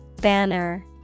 Banner